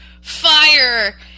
fire